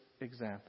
example